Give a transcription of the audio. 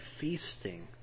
feasting